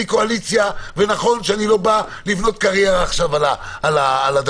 אני קואליציה ונכון שאני לא בא לבנות קריירה על זה.